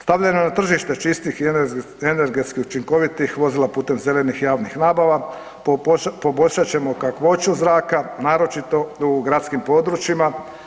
Stavljanje na tržište čistih i energetski učinkovitih vozila putem zelenih javnih nabava poboljšat ćemo kakvoću zraka naročito u gradskim područjima.